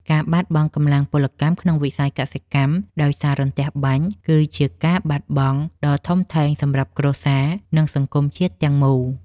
ការបាត់បង់កម្លាំងពលកម្មក្នុងវិស័យកសិកម្មដោយសាររន្ទះបាញ់ គឺជាការបាត់បង់ដ៏ធំធេងសម្រាប់គ្រួសារ និងសង្គមជាតិទាំងមូល។